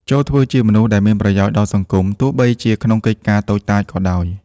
ចូរធ្វើជាមនុស្សដែលមានប្រយោជន៍ដល់សង្គម ទោះបីជាក្នុងកិច្ចការតូចតាចក៏ដោយ។